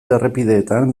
errepideetan